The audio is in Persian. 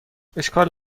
اشکال